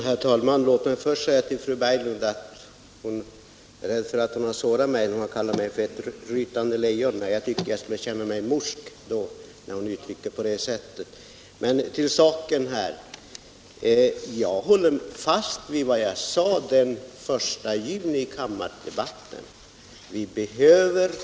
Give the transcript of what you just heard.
Herr talman! Fru Berglund var rädd att hon hade sårat mig när hon kallade mig ett rytande lejon. Nej, jag borde väl snarast känna mig morsk när hon uttrycker sig på det sättet. Till saken! Jag står fast vid vad jag sade i kammardebatten den 1 juni.